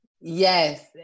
Yes